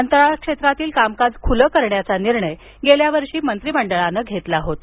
अंतराळ क्षेत्रातील कामकाज खुलं करण्याचा निर्णय गेल्या वर्षी मंत्रिमंडळानं घेतला होता